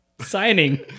signing